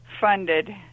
funded